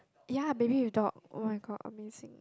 ya baby with dog [oh]-my-god amazing